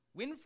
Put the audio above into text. Winfrey